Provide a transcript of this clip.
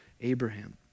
Abraham